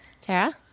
Tara